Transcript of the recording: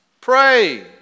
Pray